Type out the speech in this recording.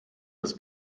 das